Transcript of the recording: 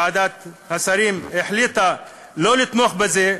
ועדת השרים החליטה לא לתמוך בזה,